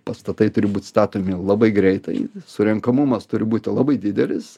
pastatai turi būt statomi labai greitai surenkamumas turi būti labai didelis